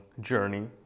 journey